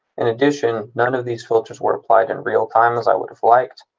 in addition, none of these filters were applied in real time as i would have liked.